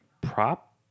prop